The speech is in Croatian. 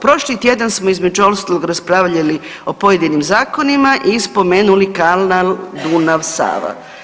Prošli tjedan smo između ostalog raspravljali o pojedinim zakonima i spomenuli kanal Dunav – Sava.